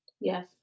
Yes